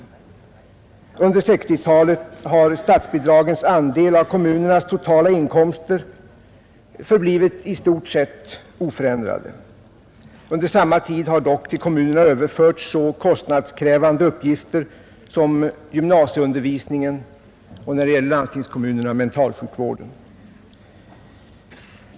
Under 1960-talet har statsbidragens andel av kommunernas totala inkomster förblivit i stort sett oförändrad. Under samma tid har dock till kommunerna överförts så kostnadskrävande uppgifter som gymnasieundervisningen och när det gäller landstingskommunerna mentalsjukvården.